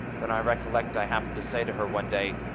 then i recollect i happened to say to her one day,